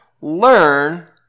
learn